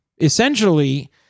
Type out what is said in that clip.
essentially